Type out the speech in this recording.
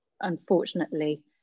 unfortunately